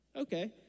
okay